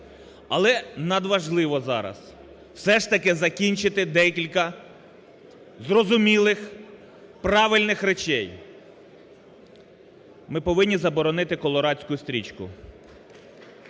але надважливо зараз все ж таки закінчити декілька зрозумілих, правильних речей. Ми повинні заборонити "колорадську стрічку"